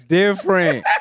different